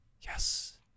Yes